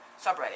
subreddit